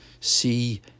see